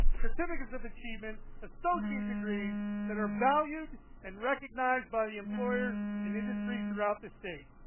certificates of achievements, associate degrees that are valued and recognized by the employers and industry throughout the state.